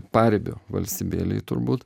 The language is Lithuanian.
paribio valstybėlėj turbūt